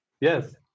Yes